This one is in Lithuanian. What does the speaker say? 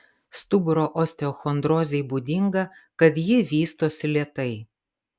stuburo osteochondrozei būdinga kad ji vystosi lėtai